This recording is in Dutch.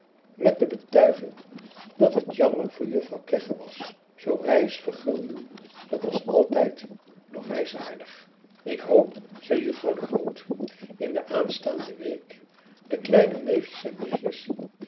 met de betuiging dat het jammer voor juffrouw kegge was zoo reis vergulden dat was altijd nog reis aardig ik hoop zei juffrouw de groot in de aanstaande week de kleine neefjes en nichtjes